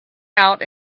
out